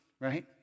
Right